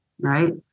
right